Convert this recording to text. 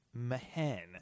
mahen